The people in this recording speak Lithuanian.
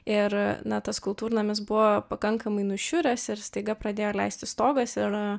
ir na tas kultūrnamis buvo pakankamai nušiuręs ir staiga pradėjo leisti stogas ir